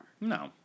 No